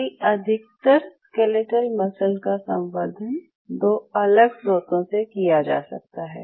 हमारी अधिकतर skeletal muscle का संवर्धन दो अलग स्रोतों से किया जा सकता है